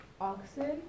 oxen